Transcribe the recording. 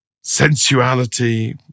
sensuality